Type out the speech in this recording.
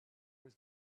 was